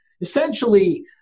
essentially